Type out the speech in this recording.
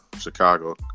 Chicago